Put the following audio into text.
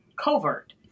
covert